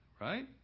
Right